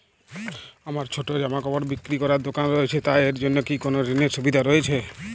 আমার ছোটো জামাকাপড় বিক্রি করার দোকান রয়েছে তা এর জন্য কি কোনো ঋণের সুবিধে রয়েছে?